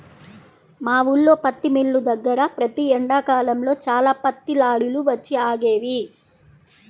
మా ఊల్లో పత్తి మిల్లు దగ్గర ప్రతి ఎండాకాలంలో చాలా పత్తి లారీలు వచ్చి ఆగేవి